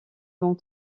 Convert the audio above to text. vont